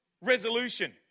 resolution